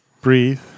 Breathe